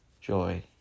joy